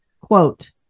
Quote